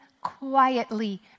quietly